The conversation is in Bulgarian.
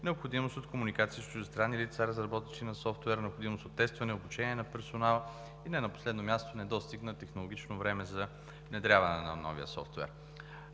необходимост от комуникация с чуждестранни лица, разработчици на софтуер; необходимост от тестване и обучение на персонала и не на последно място недостиг на технологично време за внедряване на новия софтуер.